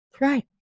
Right